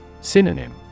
Synonym